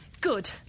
Good